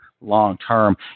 long-term